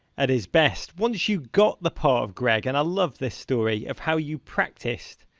at his best. once you got the part of greg, and i love this story, of how you practiced,